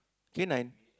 K nine